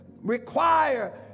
Require